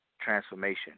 transformation